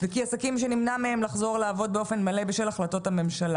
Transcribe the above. וכי עסקים שנמנע מהם לחזור לעבוד באופן מלא בשל החלטות הממשלה.